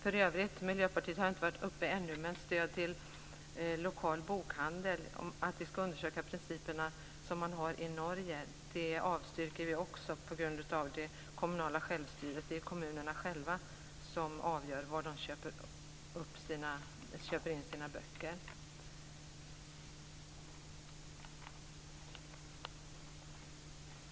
Miljöpartiets representant har inte varit uppe i talarstolen ännu. Men förslaget om att vi skall undersöka de principer som man har i Norge avstyrker vi på grund av det kommunala självstyret. Det är kommunerna själva som avgör varifrån de köper in sina böcker.